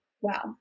Wow